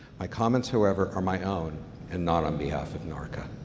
my comments, however, are my own and not on behalf of narca.